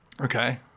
Okay